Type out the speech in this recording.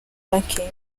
banking